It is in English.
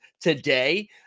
today